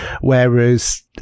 Whereas